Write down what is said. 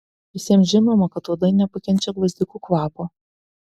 visiems žinoma kad uodai nepakenčia gvazdikų kvapo